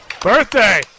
birthday